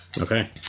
Okay